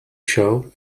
show